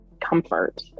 comfort